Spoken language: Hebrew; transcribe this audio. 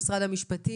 עם משרד המשפטים,